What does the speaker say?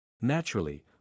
Naturally